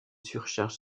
surcharge